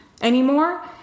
anymore